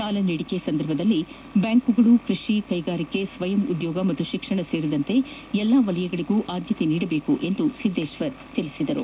ಸಾಲ ನೀಡಿಕೆ ಸಂದರ್ಭದಲ್ಲಿ ಬ್ಡಾಂಕ್ಗಳು ಕೈಷಿ ಕೈಗಾರಿಕೆ ಸ್ವಯಂ ಉದ್ಯೋಗ ಮತ್ತು ಶಿಕ್ಷಣ ಸೇರಿದಂತೆ ಎಲ್ಲ ವಲಯಗಳಗೂ ಆದ್ಯತೆ ನೀಡಬೇಕು ಎಂದು ಸಿದ್ದೇಶ್ವರ್ ತಿಳಿಸಿದರು